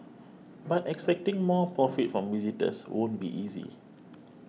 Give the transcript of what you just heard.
but extracting more profit from visitors won't be easy